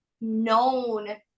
known